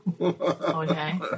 okay